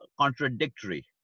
contradictory